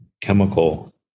chemical